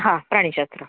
હા પ્રાણીસત્ર